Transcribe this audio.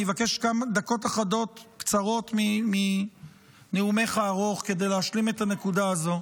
אני אבקש גם דקות אחדות קצרות מנאומך הארוך כדי להשלים את הנקודה הזו.